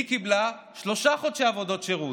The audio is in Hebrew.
היא קיבלה שלושה חודשי עבודות שירות.